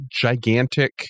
gigantic